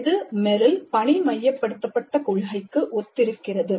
இது Merrill பணி மையப்படுத்தப்பட்ட கொள்கைக்கு ஒத்திருக்கிறது